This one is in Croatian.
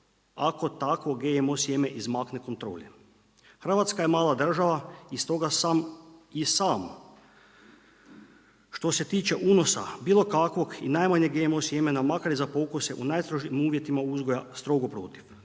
ako tako GMO sjeme izmakne kontroli. Hrvatska je mala država i stoga sam i sam što se tiče unosa bilo kakvog i najmanjeg GMO sjemena makar i za pokusa u najstrožim uvjetima uzgoja, strogo protiv.